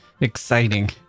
exciting